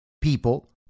people